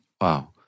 Wow